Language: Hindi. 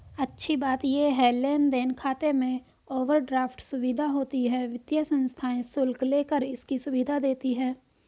अच्छी बात ये है लेन देन खाते में ओवरड्राफ्ट सुविधा होती है वित्तीय संस्थाएं शुल्क लेकर इसकी सुविधा देती है